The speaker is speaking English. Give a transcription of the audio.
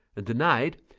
and denied,